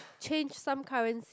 change some currency